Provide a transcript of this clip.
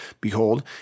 Behold